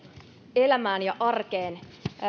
elämään ja arkeen